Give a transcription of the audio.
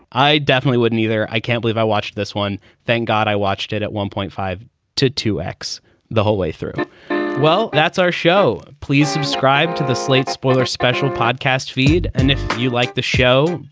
i definitely wouldn't either. i can't believe i watched this one. thank god i watched it at one point five to two x the whole way through well, that's our show. please subscribe to the slate spoiler special podcast feed. and if you like the show,